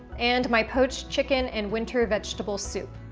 and my poached chicken and winter vegetable soup.